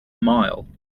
mile